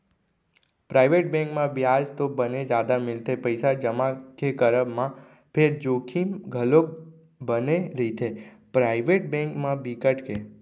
private bank म बियाज तो बने जादा मिलथे पइसा जमा के करब म फेर जोखिम घलोक बने रहिथे, पराइवेट बेंक म बिकट के